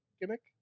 gimmick